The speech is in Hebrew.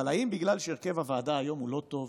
אבל האם בגלל שהרכב הוועדה היום הוא לא טוב